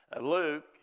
Luke